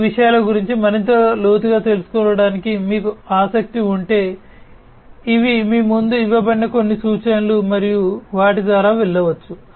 ఈ విషయాల గురించి మరింత లోతుగా తెలుసుకోవటానికి మీకు ఆసక్తి ఉంటే ఇవి మీ ముందు ఇవ్వబడిన కొన్ని సూచనలు మరియు మీరు వాటి ద్వారా వెళ్ళవచ్చు